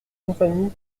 compagnie